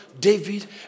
David